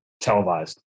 televised